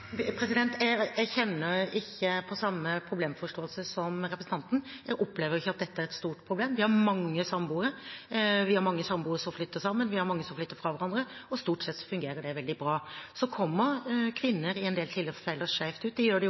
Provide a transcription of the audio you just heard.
Jeg kjenner ikke på samme problemforståelse som representanten. Jeg opplever ikke at dette er et stort problem. Vi har mange samboere. Vi har mange samboere som flytter sammen, og mange som flytter fra hverandre, og stort sett fungerer det veldig bra. Så kommer kvinner i en del tilfeller skjevt ut. Det gjør de også i ekteskap, og det